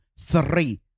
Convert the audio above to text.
Three